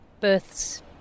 births